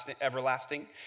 everlasting